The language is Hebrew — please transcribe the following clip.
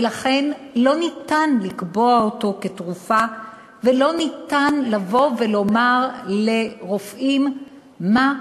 ולכן לא ניתן לקבוע אותו כתרופה ולא ניתן לבוא ולומר לרופאים מה,